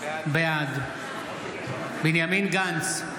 בעד בנימין גנץ,